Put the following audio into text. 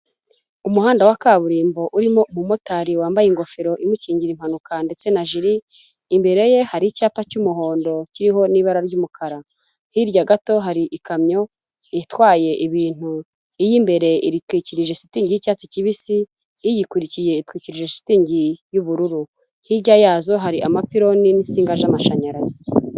Umuhanda wa kaburimbo urimo umumotari wambaye ingofero imukingira impanuka ndetse na jiri, imbere ye hari icyapa cy'umuhondo kiriho n'ibara ry'umukara, hirya gato hari ikamyo itwaye ibintu, iy'imbere iritwikirije shitingi y'icyatsi kibisi, iyikurikiye itwikirije shitingi y'ubururu, hirya yazo hari amapiloni n'insinga z'amashanyarazi.